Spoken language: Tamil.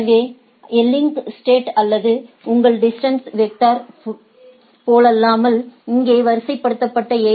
எனவே எங்கள் லிங்க் ஸ்டேட் அல்லது உங்கள் டிஸ்டன்ஸ் வெக்டர் போலல்லாமல் இங்கே வரிசைப்படுத்தப்பட்ட எ